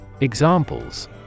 Examples